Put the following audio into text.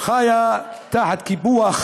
חיה תחת קיפוח